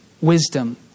wisdom